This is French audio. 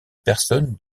personne